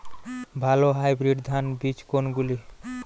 ভালো হাইব্রিড ধান বীজ কোনগুলি?